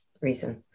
reason